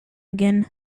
again